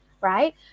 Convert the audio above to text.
right